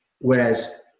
Whereas